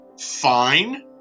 fine